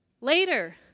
Later